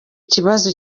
kibazo